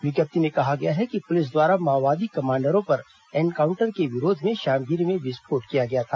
विज्ञप्ति में कहा गया है कि पुलिस द्वारा माओवादी कमांडरों पर एनकाउंटर के विरोध में श्यामगिरी में विस्फोट किया गया था